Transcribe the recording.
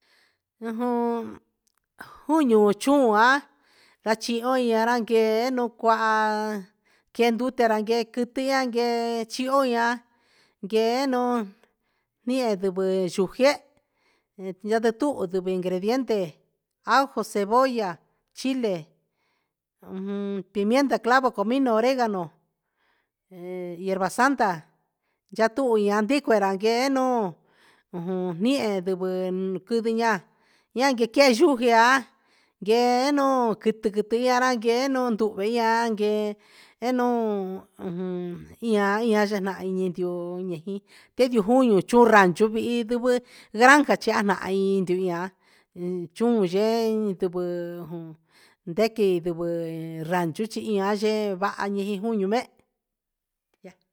Ujun juuun chua cachi yo ra yee un cuahan quee ndute ra guehe quiti ra yee chi ohoia guee nuu nia sigui sugueh ye nde tu ingrediente ajo cebolla chile pimienta clavo comino oregano hierba santa ya tuu na ndico ra guee nuun ujun niha siguɨ quindi nia a ya quee yu aui guee nuun quitɨ quitɨ guera yee nuun nduhve ia guee nuun ujun ian nahan ii ndiuhu jui chu ranchu sihi ndiguɨ granja chiahna na ji chun yee in ndivɨ jun ndequi ndivɨ ranchu chihin an yee vaha i jun u me.